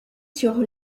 sur